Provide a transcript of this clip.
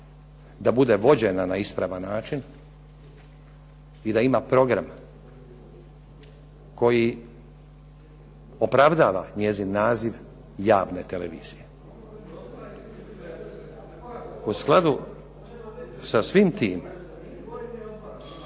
da bude vođena na ispravan način i da ima program koji opravdava njezin naziv javne televizije. U skladu sa svim tim